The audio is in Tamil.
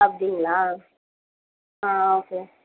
அப்படிங்ளா ஆ ஓகே